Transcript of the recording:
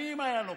שנים היה לוקח.